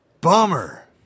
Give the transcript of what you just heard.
Bummer